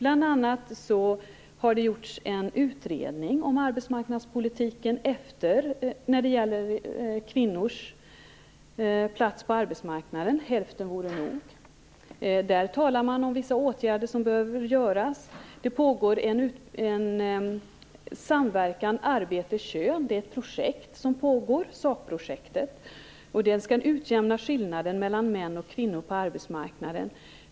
Bl.a. har det gjorts en utredning om kvinnors plats på arbetsmarknaden, Hälften vore nog. I den talas det om vissa åtgärder som behöver vidtas. Det pågår en samverkan om arbete-kön. Det är ett projekt. Det skall utjämna skillnaden mellan män och kvinnor på arbetsmarknaden.